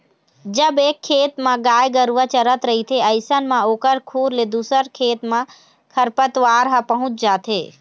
जब एक खेत म गाय गरुवा चरत रहिथे अइसन म ओखर खुर ले दूसर खेत म खरपतवार ह पहुँच जाथे